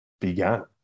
began